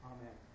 Amen